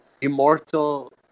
immortal